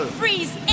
freeze